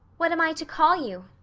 what am i to call you?